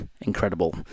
incredible